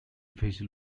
vigil